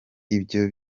ibyo